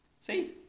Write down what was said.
see